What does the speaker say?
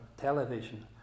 television